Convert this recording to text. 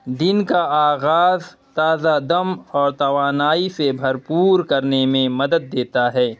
دن کا آغاز تازہ دم اور توانائی سے بھرپور کرنے میں مدد دیتا ہے